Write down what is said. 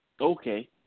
Okay